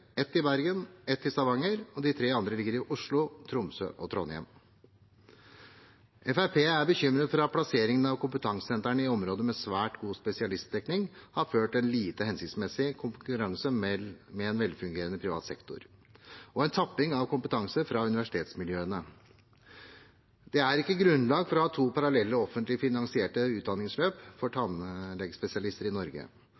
ett i Bergen og ett i Stavanger – og de tre andre ligger i Oslo, Tromsø og Trondheim. Fremskrittspartiet er bekymret for at plasseringen av kompetansesentrene i områder med svært god spesialistdekning har ført til en lite hensiktsmessig konkurranse med en velfungerende privat sektor og en tapping av kompetanse fra universitetsmiljøene. Det er ikke grunnlag for å ha to parallelle offentlig finansierte utdanningsløp for